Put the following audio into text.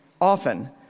often